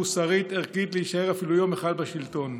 מוסרית-ערכית להישאר אפילו יום אחד בשלטון.